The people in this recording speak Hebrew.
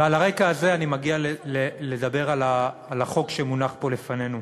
ועל הרקע הזה אני מגיע לדבר על החוק שמונח פה לפנינו.